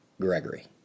Gregory